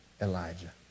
Elijah